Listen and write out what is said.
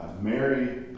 Mary